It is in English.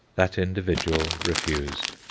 that individual refused.